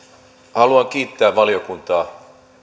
haluan kiittää valiokuntaa